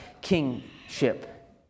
kingship